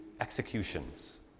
executions